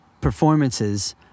performances